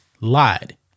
lied